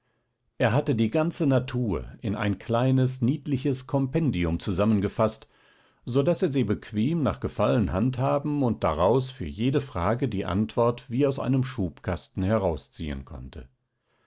er hatte die ganze natur in ein kleines niedliches kompendium zusammengefaßt so daß er sie bequem nach gefallen handhaben und daraus für jede frage die antwort wie aus einem schubkasten herausziehen konnte